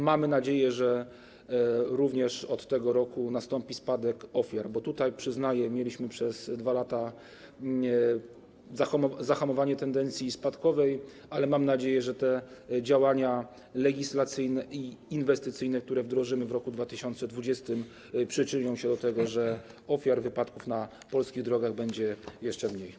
Mamy nadzieję, że również od tego roku nastąpi spadek ofiar, bo tutaj, przyznaję, mieliśmy przez 2 lata zahamowanie tendencji spadkowej, ale mam nadzieję, że te działania legislacyjne i inwestycyjne, które wdrożymy w roku 2020, przyczynią się do tego, że ofiar wypadków na polskich drogach będzie jeszcze mniej.